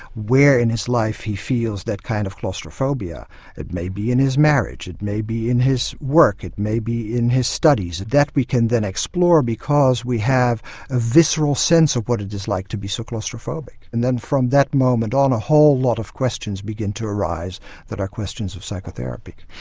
where in his life he feels that kind of claustrophobia it may be in his marriage, it may be in his work, it may be in his studies. that we can then explore, because we have a visceral sense of what it is like to be so claustrophobic. and then from from that moment on a whole lot of questions begin to arise that are questions of psychotherapy.